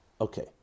Okay